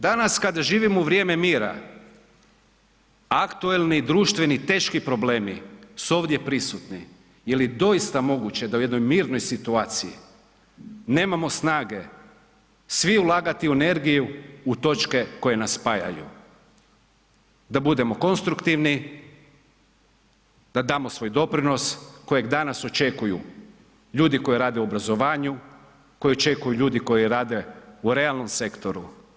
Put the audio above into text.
Danas kada živimo u vrijeme mira, aktualni društveni teški problemi su ovdje prisutni, je li doista moguće da u jednoj mirnoj situaciji nemamo snage svi ulagati energiju u točke koje nas spajaju, da budemo konstruktivni, da damo svoj doprinos kojeg danas očekuju ljudi koji rade u obrazovanju, koji očekuju ljudi koji rade u realnom sektoru.